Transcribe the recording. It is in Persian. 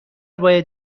باید